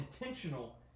intentional